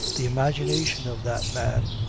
the imagination of that man,